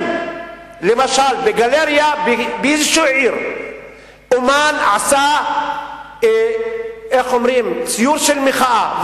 אם למשל בגלריה באיזו עיר אמן עשה ציור של מחאה,